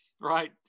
right